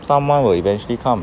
someone will eventually come